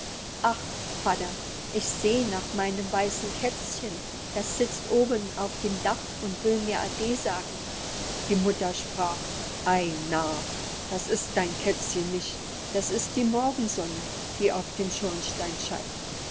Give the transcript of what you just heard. ich seh nach meinem weißen kätzchen das sitzt oben auf dem dach und will mir ade sagen die mutter sprach ei narr das ist dein kätzchen nicht das ist die morgensonne die auf den schornstein